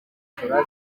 matola